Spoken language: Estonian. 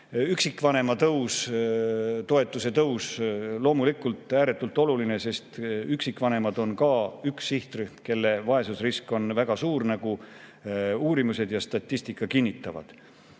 Üksikvanematoetuse tõus on ääretult oluline, sest üksikvanemad on ka üks sihtrühm, kelle vaesusrisk on väga suur, nagu uurimused ja statistika kinnitavad.